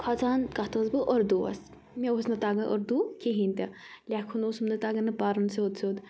کھۄژان کَتھ ٲسٕس بہٕ اردوٗوس مےٚ اوس نہٕ تَگان اردوٗ کِہیٖنۍ تہِ لیٚکھُن اوسُم نہٕ تَگان نہٕ پَرُن سیوٚد سیوٚد